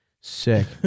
Sick